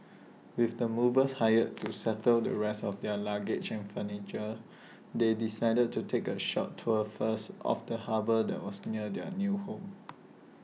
with the movers hired to settle the rest of their luggage and furniture they decided to take A short tour first of the harbour that was near their new home